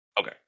Okay